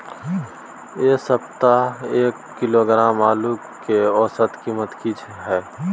ऐ सप्ताह एक किलोग्राम आलू के औसत कीमत कि हय?